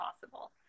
possible